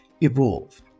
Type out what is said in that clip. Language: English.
evolved